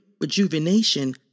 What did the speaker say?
rejuvenation